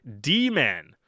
D-man